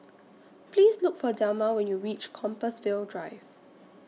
Please Look For Delma when YOU REACH Compassvale Drive